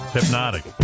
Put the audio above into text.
Hypnotic